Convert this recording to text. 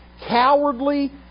cowardly